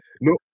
no